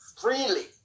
freely